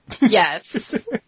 Yes